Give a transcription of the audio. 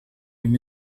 and